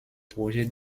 projets